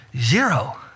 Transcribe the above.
zero